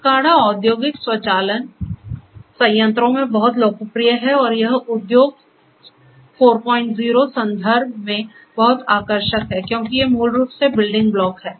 SCADA औद्योगिक स्वचालन संयंत्रों में बहुत लोकप्रिय है और यह उद्योग 40 संदर्भ में बहुत आकर्षक है क्योंकि ये मूल रूप से बिल्डिंग ब्लॉक हैं